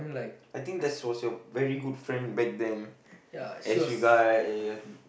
I think that's was your very good friend back then as you guys